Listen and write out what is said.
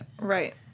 Right